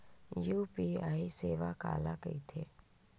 UPI सेवा काला कइथे?